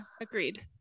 agreed